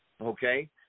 Okay